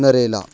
Narela